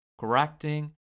correcting